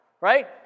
right